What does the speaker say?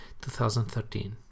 2013